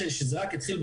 כשה רק התחיל,